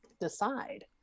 decide